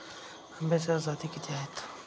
आंब्याच्या जाती किती आहेत?